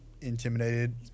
intimidated